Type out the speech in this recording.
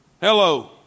Hello